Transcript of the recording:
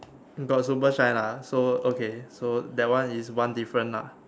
got super shine lah so okay so that one is one different ah